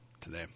today